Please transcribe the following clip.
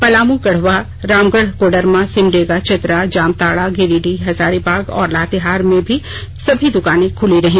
पलामू गढ़वा रामगढ़ कोडरमा सिमर्डेगा चतरा जामताड़ा गिरिडीह हजारीबाग और लातेहार में सभी द्वकानें खूली रहीं